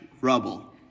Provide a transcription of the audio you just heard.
rubble